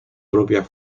propia